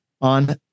on